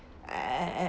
eh eh eh